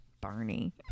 barney